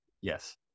Yes